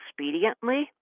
expediently